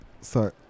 Sorry